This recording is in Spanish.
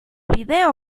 vídeo